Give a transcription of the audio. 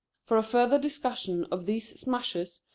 for a further discussion of these smashes,